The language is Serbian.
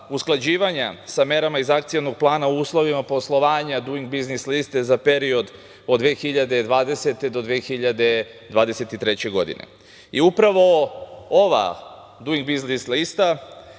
usklađivanja sa merama iz Akcionog plana uslovima poslovanja "Duing biznis liste" za period od 2020. do 2023. godine. I upravo ova "Duing biznis lista"